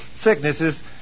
sicknesses